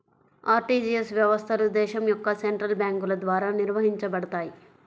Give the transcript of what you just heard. RTGS వ్యవస్థలు దేశం యొక్క సెంట్రల్ బ్యేంకుల ద్వారా నిర్వహించబడతయ్